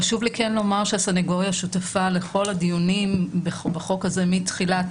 חשוב לי כן לומר שהסנגוריה שותפה לכל הדיונים בחוק הזה מתחילת התהליך.